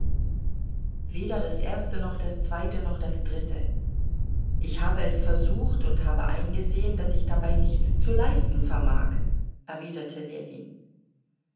weder das erste noch das zweite noch das dritte ich habe es versucht und habe eingesehen daß ich dabei nichts zu leisten vermag erwiderte ljewin